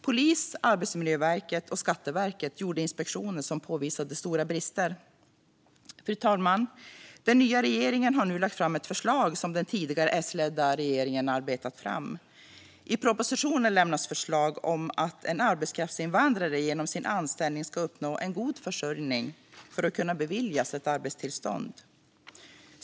Polisen, Arbetsmiljöverket och Skatteverket gjorde inspektioner som påvisade stora brister. Fru talman! Den nya regeringen har nu lagt fram ett förslag som den tidigare S-ledda regeringen arbetat fram. I propositionen lämnas förslag om att en arbetskraftsinvandrare genom sin anställning ska uppnå en god försörjning för att kunna beviljas ett arbetstillstånd.